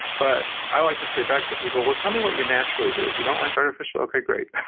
but i like to say back to people, well, tell me what you naturally do. you don't like artificial? okay, great.